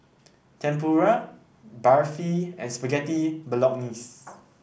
Tempura Barfi and Spaghetti Bolognese